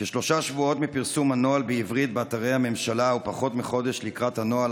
כשלושה שבועות מפרסום הנוהל בעברית באתרי הממשלה ופחות מחודש לקראת הנוהל